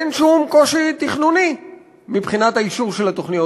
אין שום קושי תכנוני מבחינת האישור של התוכניות.